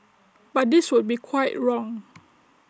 but this would be quite wrong